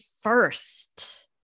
first